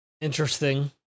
Interesting